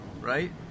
right